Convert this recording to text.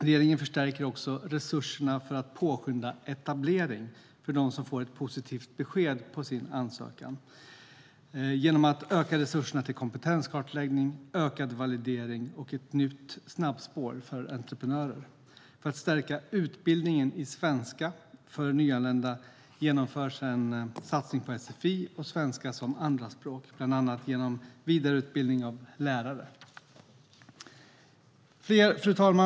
Regeringen förstärker också resurserna för att påskynda etablering för dem som får ett positivt besked på sin ansökan genom att öka resurserna till kompetenskartläggning, validering och ett nytt snabbspår för entreprenörer. För att stärka utbildningen i svenska för nyanlända genomförs en satsning på sfi och svenska som andraspråk bland annat genom vidareutbildning av lärare. Fru talman!